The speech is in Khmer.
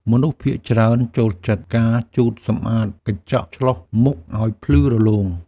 មនុស្សភាគច្រើនចូលចិត្តការជូតសម្អាតកញ្ចក់ឆ្លុះមុខឱ្យភ្លឺរលោង។